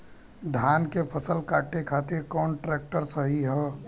धान के फसल काटे खातिर कौन ट्रैक्टर सही ह?